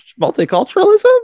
multiculturalism